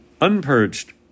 unpurged